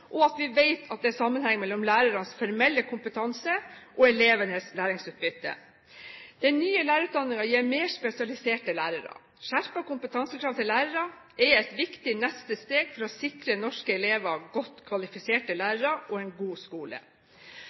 Vi vet at det er sammenheng mellom lærernes formelle kompetanse og elevenes resultater». Den nye lærerutdanningen gir mer spesialiserte lærere. Skjerpede kompetansekrav til lærere er et viktig neste steg for å sikre norske elever godt kvalifiserte lærere og en god skole.